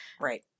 Right